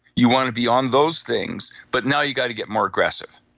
you want to be on those things. but now you've got to get more aggressive.